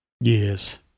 Yes